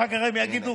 אחר כך הם יגידו,